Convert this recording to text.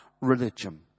religion